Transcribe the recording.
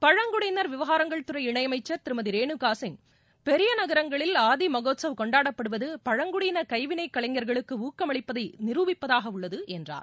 பழங்குடியினர் விவகாரங்கள் துறை இணையமைச்சர் திருமதி ரேனுகா சிங் பெரிய நகரங்களில் ஆதி மகோத்சவ் கொண்டாடப்படுவது பழங்குடியின கைவினை கலைஞர்களுக்கு ஊக்கமளிப்பதை நிரூபிப்பதாக உள்ளது என்றார்